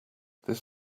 this